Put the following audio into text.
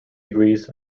degrees